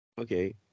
Okay